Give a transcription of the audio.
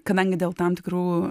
kadangi dėl tam tikrų